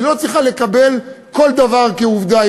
היא לא צריכה לקבל כל דבר כעובדה.